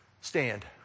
stand